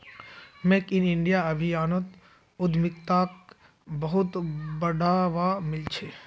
make in India अभियानोत उद्यमिताक बहुत बढ़ावा मिल छ